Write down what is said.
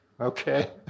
Okay